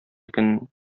көн